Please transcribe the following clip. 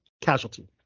casualty